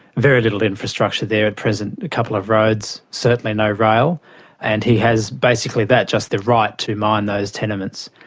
very little infrastructure there at present a couple of roads, certainly no rail and he has basically that just the right to mine those tenements.